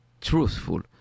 truthful